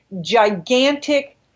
gigantic